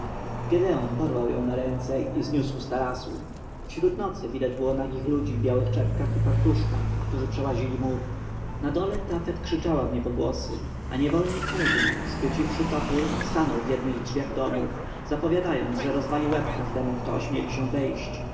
gedeon porwał ją na ręce i zniósł z tarasu wśród nocy widać było nagich ludzi w białych czepkach i fartuszkach którzy przełazili mur na dole tafet krzyczała w niebogłosy a niewolnik murzyn schwyciwszy topór stanął w jednych drzwiach domu zapowiadając że rozwali łeb każdemu kto ośmieli się wejść